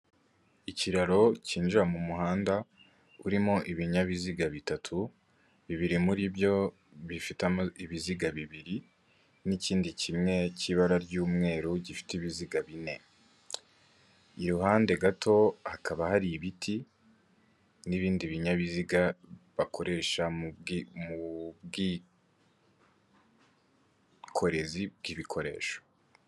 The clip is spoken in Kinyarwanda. Ikiraro kinjira mu muhanda urimo ibinyabiziga bitatu, bibiri muri byo bifitemo ibiziga bibiri n'ikindi kimwe cy'ibara ry'umweru gifite ibiziga bine, iruhande gato hakaba hari ibiti n'ibindi binyabiziga bakoresha mu bwikorezi.